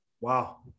Wow